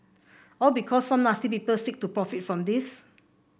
all because some nasty people seek to profit from this